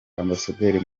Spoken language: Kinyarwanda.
ambasaderi